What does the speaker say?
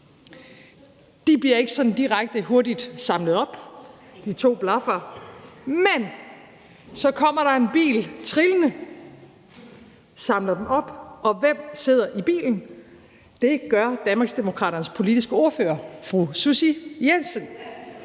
De bliver ikke sådan direkte hurtigt samlet op, de to blaffere, men så kommer der en bil trillende, samler dem op, og hvem sidder i bilen? Det gør Danmarksdemokraternes politiske ordfører, fru Susie Jessen.